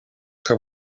que